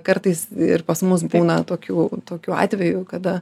kartais ir pas mus būna tokių tokių atvejų kada